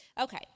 okay